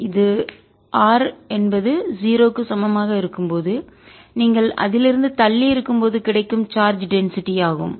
இது r என்பது 0 க்கு சமமாக இருக்கும் போது நீங்கள் அதிலிருந்து தள்ளி இருக்கும் போது கிடைக்கும் சார்ஜ் டென்சிட்டி அடர்த்திஆகும்